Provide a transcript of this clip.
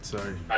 Sorry